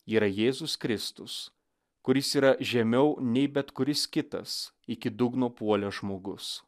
yra jėzus kristus kuris yra žemiau nei bet kuris kitas iki dugno puolęs žmogus